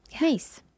Nice